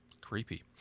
creepy